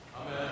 Amen